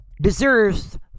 Deserves